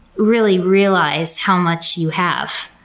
really realize how much you have,